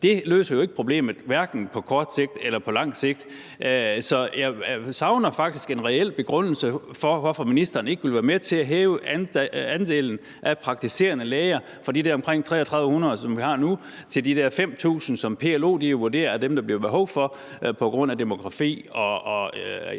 noget, løser jo ikke problemet, hverken på kort sigt eller på lang sigt. Så jeg savner faktisk en reel begrundelse for, hvorfor ministeren ikke vil være med til at hæve andelen af praktiserende læger fra de omkring 3.300, som vi har nu, til de der 5.000, som PLO vurderer er dem, der bliver behov for på grund af demografien